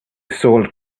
sold